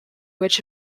which